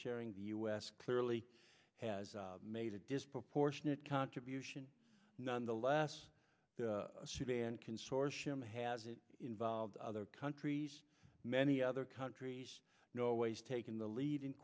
sharing the u s clearly has made a disproportionate contribution nonetheless sudan consortium has it involved other countries many other countries norway's taking the lead in